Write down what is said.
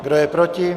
Kdo je proti?